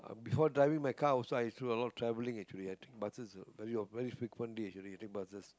before driving my car also i do a lot of traveling actually I take buses very of~ very frequently actually I take buses